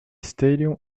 stadium